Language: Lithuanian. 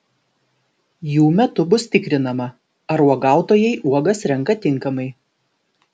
jų metų bus tikrinama ar uogautojai uogas renka tinkamai